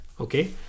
Okay